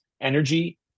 Energy